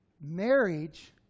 Marriage